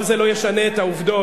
אבל זה לא ישנה את העובדות.